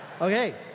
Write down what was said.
Okay